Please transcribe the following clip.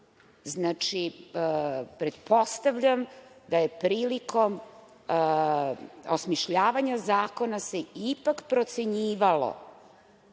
pričamo? Pretpostavljam da je prilikom osmišljavanja zakona se ipak procenjivalo.